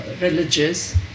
religious